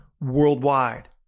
worldwide